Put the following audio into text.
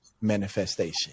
manifestation